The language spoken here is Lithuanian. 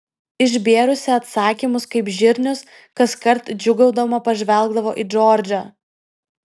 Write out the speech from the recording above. išbėrusi atsakymus kaip žirnius kaskart džiūgaudama pažvelgdavo į džordžą